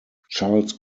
charles